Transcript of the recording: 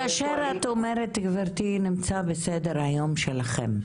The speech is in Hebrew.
אבל כאשר את אומרת גברתי "נמצא בסדר היום שלנו",